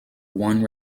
one